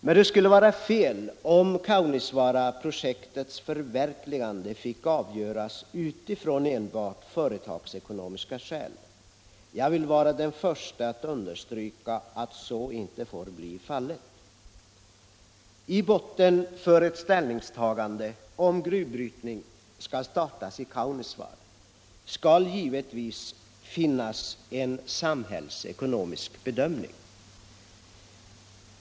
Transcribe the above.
Men det skulle vara fel om Kaunisvaaraprojektets förverkligande avgjordes enbart på företagsekonomiska skäl. Jag viil vara den första att understryka att så inte får bli fallet. Till grund för ett ställningstagande i frågan, om gruvbrytning kan startas i Kaunisvaara, skall givetvis ligga en samhällsekonomisk bedömning.